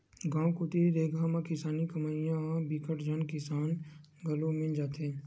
गाँव कोती रेगहा म किसानी कमइया बिकट झन किसान घलो मिल जाथे